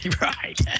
Right